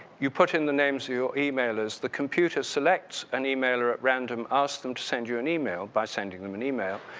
you put in the names of your emailers, the computer selects an emailer at random, asks them to send you an email by sending them an email.